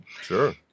sure